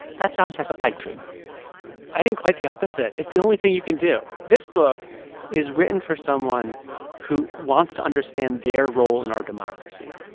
that sounds like a pipe dream i think quite the opposite. it's the only thing you can do. this book is written for someone who wants to understand their role in our democracy.